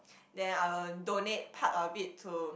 then I will donate part of it to